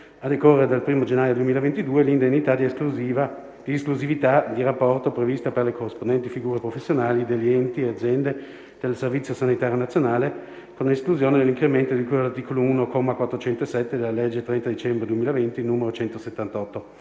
a decorrere dal 1° gennaio 2022, l'indennità di esclusività di rapporto prevista per le corrispondenti figure professionali degli enti e aziende del Servizio sanitario nazionale con esclusione dell'incremento di cui all'articolo 1, comma 407, della legge 30 dicembre 2020, n. 178.